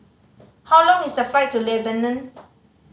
how long is the flight to Lebanon